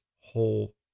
whole